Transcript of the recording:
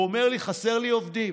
והוא אומר לי: חסרים לי עובדים.